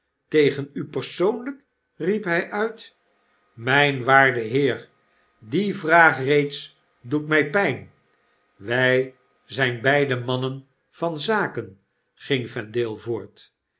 tegen u persoonlijk i riep hg uit mgn waarde heer die vraag reeds doet mij pijn wg zijn beiden mannen van zaken ging yendale voort